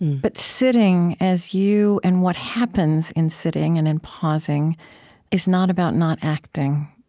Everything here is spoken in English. but sitting, as you and what happens in sitting and in pausing is not about not acting.